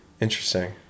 Interesting